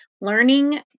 learning